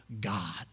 God